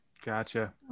gotcha